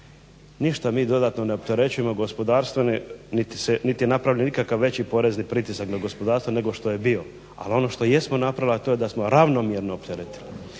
ništa mi dodatno ne opterećujemo gospodarstvo niti je napravljen ikakav veći porezni pritisak na gospodarstvo nego što je bio. Al ono što jesmo napravili a to je da smo ravnomjerno opteretili,